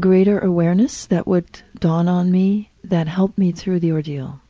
greater awareness that would dawn on me that helped me through the ordeal.